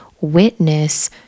witness